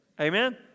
Amen